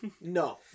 No